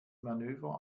manöver